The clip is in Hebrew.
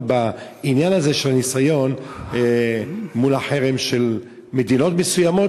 בעניין הזה של הניסיון מול החרם של מדינות מסוימות,